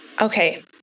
Okay